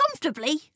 comfortably